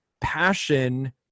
passion